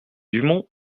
dumont